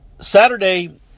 Saturday